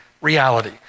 reality